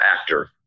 actor